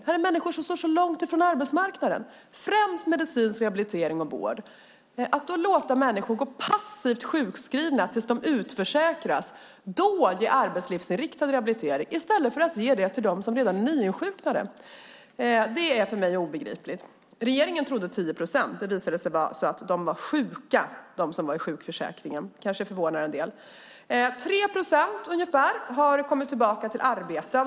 Detta är människor som står långt från arbetsmarknaden. Att låta människor gå passivt sjukskrivna tills de utförsäkras och då ge arbetslivsinriktad rehabilitering i stället för att ge det till dem som är nyinsjuknade är för mig obegripligt. Regeringen trodde att det var 10 procent. Det visade sig att de som var i sjukförsäkringen var sjuka. Det kanske förvånade en del. Ungefär 3 procent av de utförsäkrade har kommit tillbaka till arbete.